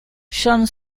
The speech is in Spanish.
john